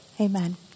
amen